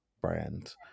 brand